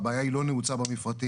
והבעיה היא לא נעוצה במפרטים.